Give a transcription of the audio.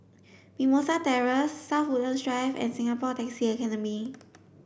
Mimosa Terrace South Woodland Drive and Singapore Taxi Academy